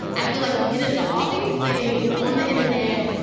i feel like you get into all these things on the internet you